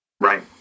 Right